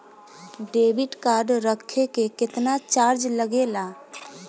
Debit card रखे के केतना चार्ज लगेला?